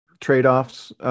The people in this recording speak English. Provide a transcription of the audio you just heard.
trade-offs